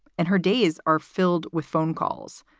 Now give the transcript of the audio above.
and her days are filled with phone calls,